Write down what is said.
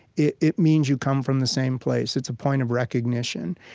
it it means you come from the same place. it's a point of recognition.